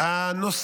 הממשלה,